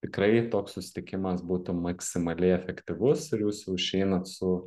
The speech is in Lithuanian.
tikrai toks susitikimas būtų maksimaliai efektyvus ir jūs jau išeinat su